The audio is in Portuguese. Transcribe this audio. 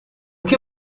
que